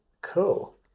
cool